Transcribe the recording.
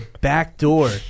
BACKDOOR